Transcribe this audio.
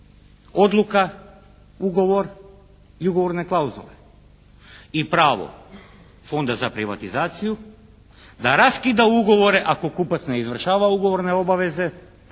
odluka, ugovor i ugovorne klauzule i pravo Fonda za privatizaciju da raskida ugovore ako kupac ne izvršava ugovorne obaveze